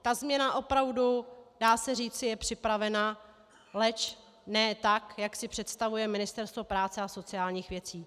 Ta změna je opravdu, dá se říci, připravena, leč ne tak, jak si představuje Ministerstvo práce a sociálních věcí.